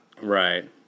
Right